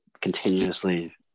continuously